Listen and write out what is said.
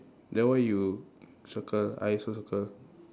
then why you circle I also circle